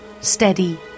steady